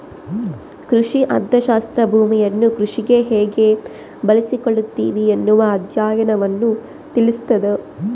ಕೃಷಿ ಅರ್ಥಶಾಸ್ತ್ರ ಭೂಮಿಯನ್ನು ಕೃಷಿಗೆ ಹೇಗೆ ಬಳಸಿಕೊಳ್ಳುತ್ತಿವಿ ಎನ್ನುವ ಅಧ್ಯಯನವನ್ನು ತಿಳಿಸ್ತಾದ